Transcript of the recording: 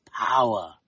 power